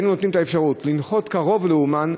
היינו נותנים את האפשרות לנחות קרוב לאומן,